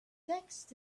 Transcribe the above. text